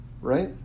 right